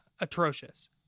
atrocious